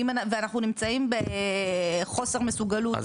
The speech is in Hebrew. ואנחנו נמצאים בחוסר מסוגלות או בעילה בריאותית.